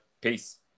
Peace